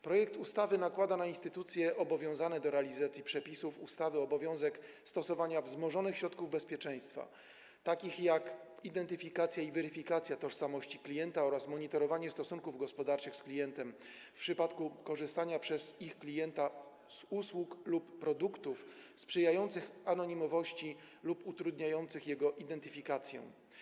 Projekt ustawy nakłada na instytucje obowiązane do realizacji przepisów ustawy obowiązek stosowania wzmożonych środków bezpieczeństwa, takich jak identyfikacja i weryfikacja tożsamości klienta oraz monitorowanie stosunków gospodarczych z klientem w przypadku korzystania przez ich klienta z usług lub produktów sprzyjających anonimowości lub utrudniających jego identyfikację.